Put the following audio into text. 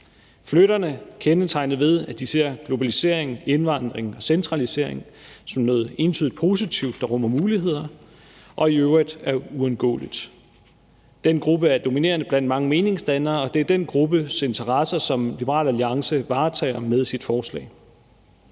Flytterne er kendetegnet ved, at de ser globalisering, indvandring og centralisering som noget entydigt positivt, der rummer muligheder og i øvrigt er uundgåeligt. Den gruppe er dominerende blandt mange meningsdannere, og det er den gruppes interesser, som Liberal Alliance varetager med sit forslag.